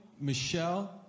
Michelle